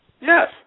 Yes